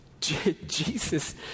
Jesus